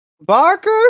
Barker